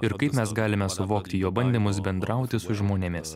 ir kaip mes galime suvokti jo bandymus bendrauti su žmonėmis